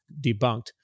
debunked